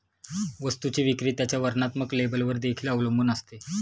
वस्तूची विक्री त्याच्या वर्णात्मक लेबलवर देखील अवलंबून असते